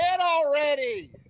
already